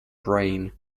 brain